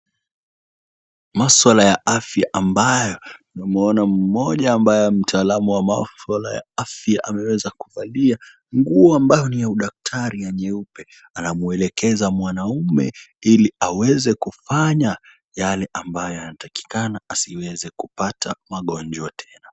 Maswala ya afya ambayo nimemwona mmoja ambaye ni mtaalamu wa masuala ya afya ameweza kuvalia nguo ambayo ni ya udaktari ya nyeupe anamwelekeza mwanamume ili aweze kufanya yale ambayo yanatakikana asiweze kupata magonjwa tena.